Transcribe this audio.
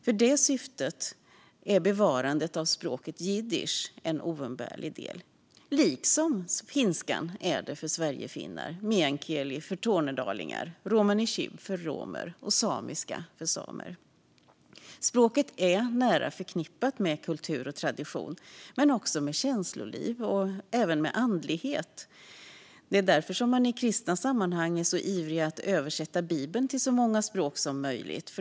För det syftet är bevarandet av språket jiddisch en oumbärlig del, liksom finska är för sverigefinnar, meänkieli för tornedalingar, romani chib för romer och samiska för samer. Språket är nära förknippat med kultur och tradition men också med känsloliv och även med andlighet. Det är därför man i kristna sammanhang är ivriga att översätta Bibeln till så många språk som möjligt.